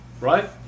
right